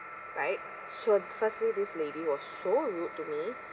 right so firstly this lady was so rude to me